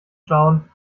schauen